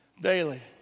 daily